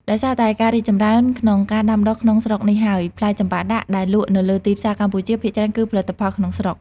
ដោយសារតែការរីកចម្រើនក្នុងការដាំដុះក្នុងស្រុកនេះហើយ ផ្លែចម្ប៉ាដាក់ដែលលក់នៅលើទីផ្សារកម្ពុជា ភាគច្រើនគឺផលិតផលក្នុងស្រុក។